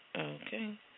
Okay